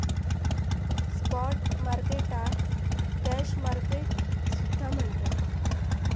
spot मार्केटाक cash market सुद्धा म्हणतत